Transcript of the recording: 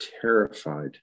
terrified